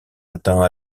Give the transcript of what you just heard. atteint